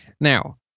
Now